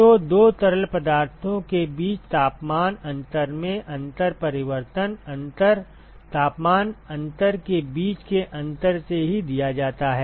तो दो तरल पदार्थों के बीच तापमान अंतर में अंतर परिवर्तन अंतर तापमान अंतर के बीच के अंतर से ही दिया जाता है